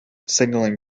signaling